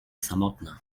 samotna